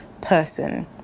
person